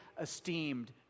esteemed